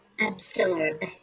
absorb